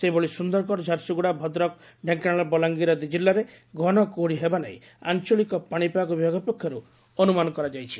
ସେହିଭଳି ସ୍ବନ୍ଦରଗଡ ଝାରସୁଗୁଡା ଭଦ୍ରକ ଢେଙ୍କାନାଳ ବଲାଙ୍ଗୀର ଆଦି ଜିଲ୍ଲାରେ ଘନ କୁହୁଡି ହେବା ନେଇ ଆଞ୍ଚଳିକ ପାଶିପାଗ ବିଭାଗ ପକ୍ଷରୁ ଅନୁମାନ କରାଯାଇଛି